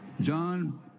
John